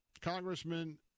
Congressman